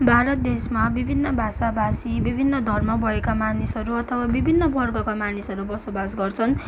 भारत देशमा विभिन्न भाषा भाषी विभिन्न धर्म भएका मानिसहरू अथवा विभिन्न वर्गका मानिसहरू बसोबास गर्छन्